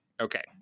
Okay